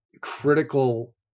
critical